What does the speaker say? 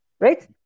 right